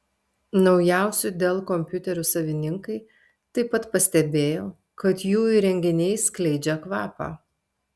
naujausių dell kompiuterių savininkai taip pat pastebėjo kad jų įrenginiai skleidžia kvapą